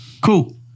Cool